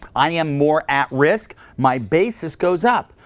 i am more at risk. my basis goes up.